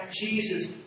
Jesus